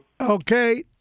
Okay